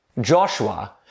Joshua